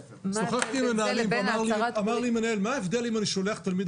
שוחחתי עם מנהלים ואמר לי מנהל מה ההבדל אם הוא שולח תלמיד